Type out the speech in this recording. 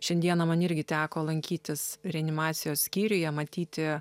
šiandieną man irgi teko lankytis reanimacijos skyriuje matyti